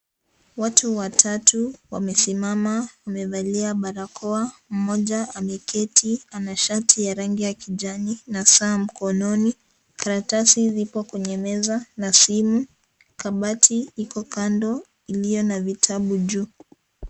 Watu watatu wamesimama. Wamevali barakoa. Mmoja ameketi ana rangi la rangi ya kijani na saa mkononi. Karatasi zipo kwenye meza na simu. Kabati iko kando iliyo na vitabu juu.